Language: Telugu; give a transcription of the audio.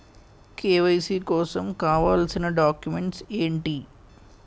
కే.వై.సీ కోసం కావాల్సిన డాక్యుమెంట్స్ ఎంటి?